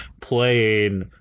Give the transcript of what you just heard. playing